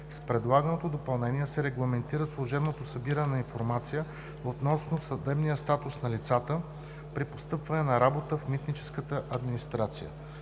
С предлаганото допълнение се регламентира служебното събиране на информация относно съдебния статус на лицата при постъпване на работа в митническата администрация.